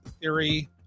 theory